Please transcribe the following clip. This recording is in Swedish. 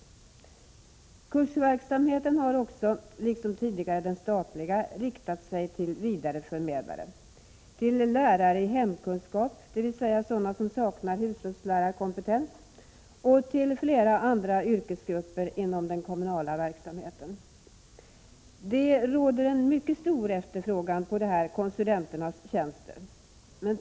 Denna kursverksamhet har också, liksom tidigare den statliga, riktat sig till vidareförmedlare, nämligen till sådana lärare i hemkunskap som saknar hushållslärarkompetens och till flera andra yrkesgrupper inom den kommunala verksamheten. Det råder en mycket stor efterfrågan på de här konsulenternas tjänster.